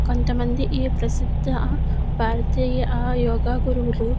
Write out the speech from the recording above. కొంతమంది ఈ ప్రసిద్ధ భారతీయ యోగా గురువులు